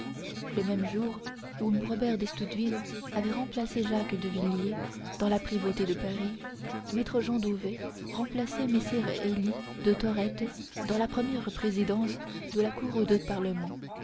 le même jour où robert d'estouteville avait remplacé jacques de villiers dans la prévôté de paris maître jean dauvet remplaçait messire hélye de thorrettes dans la première présidence de la cour de parlement